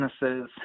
businesses